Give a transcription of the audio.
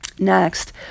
next